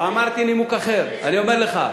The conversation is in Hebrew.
אני אומר לך,